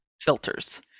filters